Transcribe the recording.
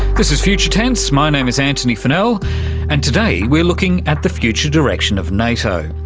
this is future tense. my name is antony funnell and today we're looking at the future direction of nato,